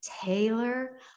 Taylor